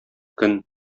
көн